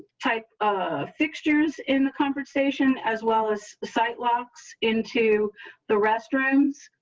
type of fixtures in the conversation as well as site locks into the restaurants.